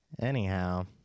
Anyhow